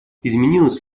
изменилась